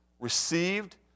received